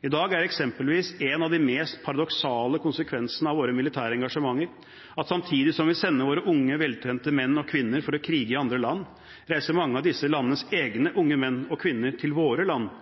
I dag er eksempelvis en av de mest paradoksale konsekvensene av våre militære engasjementer at samtidig som vi sender våre unge veltrente menn og kvinner for å krige i andre land, reiser mange av disse landenes egne unge menn og kvinner til vårt land